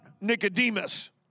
Nicodemus